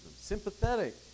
sympathetic